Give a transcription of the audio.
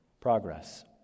progress